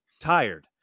tired